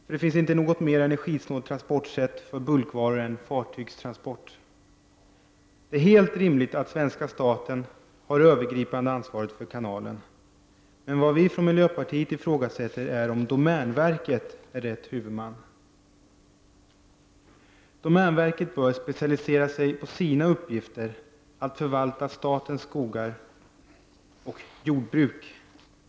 För det finns inte något mera energisnålt transportsätt för bulkvaror än fartygstransport. Det är helt rimligt att svenska staten har det övergripande ansvaret för kanalen. Men vad vi från miljöpartiet ifrågasätter är om domänverket är rätt huvudman. Domänverket bör specialisera sig på sina uppgifter att förvalta statens skogar och jordbruk.